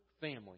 family